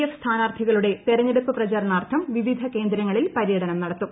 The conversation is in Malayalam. എഫ് സ്ഥാനാർത്ഥികളുടെ തെരഞ്ഞെടുപ്പ് പ്രചരണാർത്ഥം വിവിധ കേന്ദ്രങ്ങളിൽ പരൃടനം നടത്തും